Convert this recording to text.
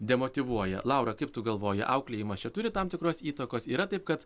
demotyvuoja laura kaip tu galvoji auklėjimas čia turi tam tikros įtakos yra taip kad